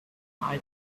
believe